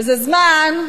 זה כל כך,